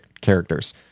characters